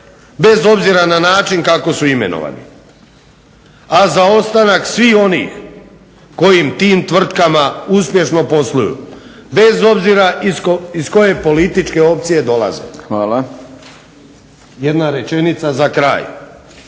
bez obzira na način kako su imenovani. A za ostanak svih onih koji tim tvrtkama uspješno posluju. Bez obzira iz koje političke opcije dolaze. **Šprem, Boris